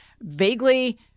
vaguely